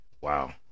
wow